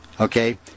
Okay